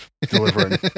delivering